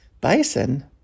Bison